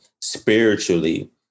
spiritually